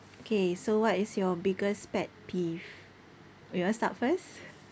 K so what is your biggest pet peeve you want start first